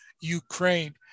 Ukraine